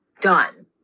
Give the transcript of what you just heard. done